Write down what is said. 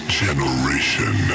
generation